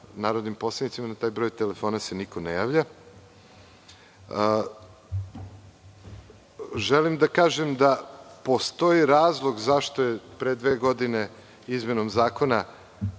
narodnim poslanicima se niko ne javlja. Želim da kažem da postoji razlog zašto je pre dve godine izmenom Zakona